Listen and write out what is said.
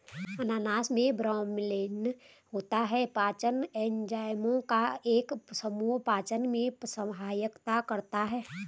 अनानास में ब्रोमेलैन होता है, पाचन एंजाइमों का एक समूह पाचन में सहायता करता है